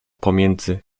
pomiędzy